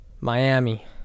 Miami